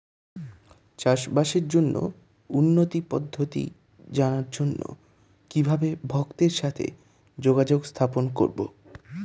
চাষবাসের জন্য উন্নতি পদ্ধতি জানার জন্য কিভাবে ভক্তের সাথে যোগাযোগ স্থাপন করব?